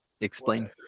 Explain